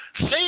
say